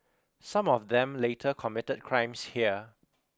some of them later committed crimes here